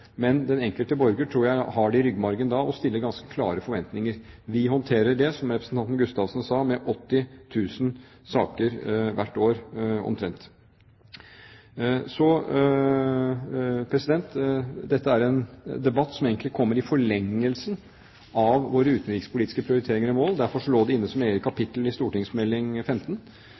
men den enkelte borger, tror jeg, har det i ryggmargen å da stille ganske klare forventninger. Vi håndterer, som representanten Gustavsen sa, 80 000 saker hvert år, omtrent. Dette er en debatt som egentlig kommer i forlengelsen av våre utenrikspolitiske prioriteringer og mål. Derfor lå det inne som et eget kapittel i St.meld. nr. 15